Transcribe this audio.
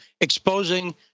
exposing